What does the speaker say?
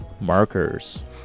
markers